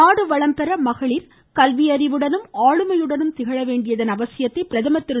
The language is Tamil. நாடு வளம்பெற மகளிர் கல்வி அறிவுடனும் ஆளுமையுடனும் திகழ வேண்டியதன் அவசியத்தை பிரதம் திரு